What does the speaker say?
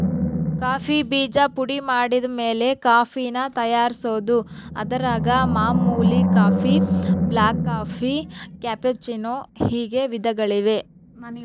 coffee ಬೀಜ ಪುಡಿಮಾಡಿದಮೇಲೆ ಕಾಫಿನ ತಯಾರಿಸ್ಬೋದು, ಅದರಾಗ ಮಾಮೂಲಿ ಕಾಫಿ, ಬ್ಲಾಕ್ಕಾಫಿ, ಕ್ಯಾಪೆಚ್ಚಿನೋ ಹೀಗೆ ವಿಧಗಳಿವೆ